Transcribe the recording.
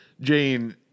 jane